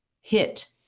hit